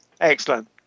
Excellent